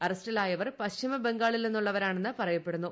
അറസ്റ്റിലായവർ പശ്ചിമബംഗാളിൽ നിന്നുള്ളവരാണെന്ന് പറയപ്പെടുന്നു